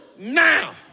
now